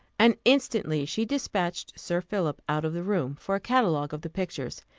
and instantly she despatched sir philip out of the room, for a catalogue of the pictures,